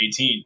18